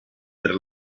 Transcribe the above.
per